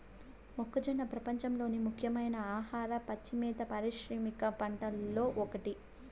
మొక్కజొన్న ప్రపంచంలోని ముఖ్యమైన ఆహార, పచ్చి మేత పారిశ్రామిక పంటలలో ఒకటి